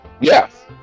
Yes